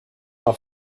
auf